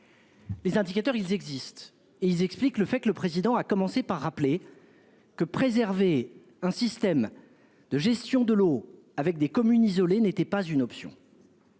Les indicateurs ils existent et ils expliquent le fait que le président a commencé par rappeler que préserver un système de gestion de l'eau avec des communes isolées n'était pas une option.